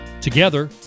Together